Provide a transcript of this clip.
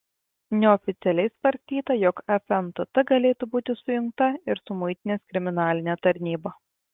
neoficialiai svarstyta jog fntt galėtų būti sujungta ir su muitinės kriminaline tarnyba